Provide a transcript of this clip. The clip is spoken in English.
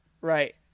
Right